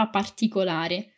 particolare